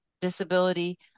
disability